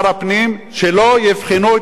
שלא יבחנו את העדה הדרוזית,